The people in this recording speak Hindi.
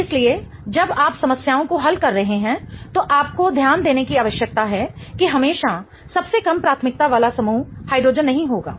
इसलिए जब आप समस्याओं को हल कर रहे हैं तो आपको ध्यान देने की आवश्यकता है कि हमेशा सबसे कम प्राथमिकता वाला समूह हाइड्रोजन नहीं होगा